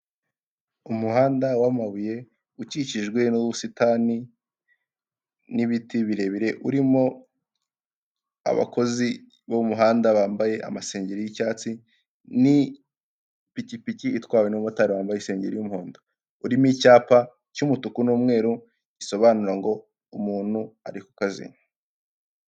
Umuhanda wamabuye ukikijwe n'ubusitani n'ibiti birebire, urimo abakozi bo mu muhanda bambaye amasengeri y'icyatsi n'ipikipiki itwawe n'umumotari wambaye isengeri y'umuhondo, urimo icyapa cy'umutuku n'umweru gisobanura ngo umuntu ari ku kazi.